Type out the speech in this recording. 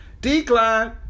decline